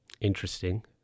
interesting